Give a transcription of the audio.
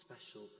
special